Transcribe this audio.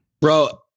Bro